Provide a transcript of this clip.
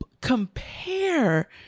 compare